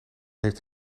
heeft